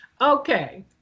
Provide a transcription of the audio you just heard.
Okay